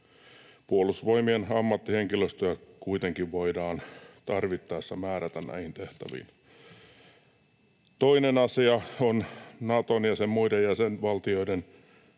Puolustusvoimien ammattihenkilöstöä kuitenkin voidaan tarvittaessa määrätä näihin tehtäviin. Toinen asia on Naton ja sen muiden jäsenvaltioiden